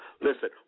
Listen